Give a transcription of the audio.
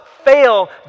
fail